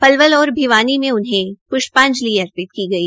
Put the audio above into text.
पलवल और भिवानी में उन्हें प्ष्पाजंलि अर्पित की गई